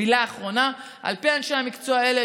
מילה אחרונה: על פי אנשי המקצוע האלה,